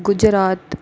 Gujarat